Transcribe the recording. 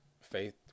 Faith